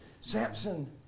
Samson